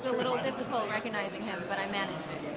little difficult recognizing him, but i managed it.